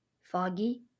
Foggy